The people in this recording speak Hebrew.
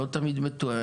לא תמיד מתואמת,